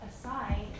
aside